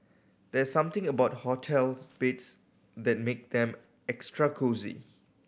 there's something about hotel beds that make them extra cosy